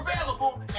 available